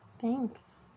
Thanks